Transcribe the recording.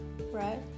Right